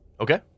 Okay